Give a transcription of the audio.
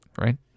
Right